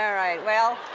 um right, well,